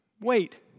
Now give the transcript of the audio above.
Wait